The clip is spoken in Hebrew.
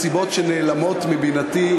מסיבות שנעלמות מבינתי,